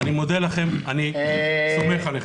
אני מודה לכם, אני סומך עליכם.